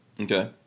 Okay